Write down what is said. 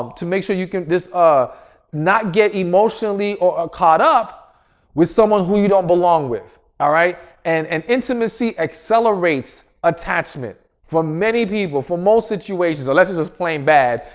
um to make sure you can just ah not get emotionally or caught up with someone who you don't belong with, all right. and and intimacy accelerates attachment for many people for most situations unless you're just playing bad,